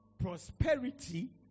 prosperity